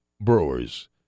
Brewers